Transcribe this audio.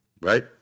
right